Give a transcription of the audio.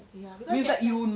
ya because that time